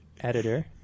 editor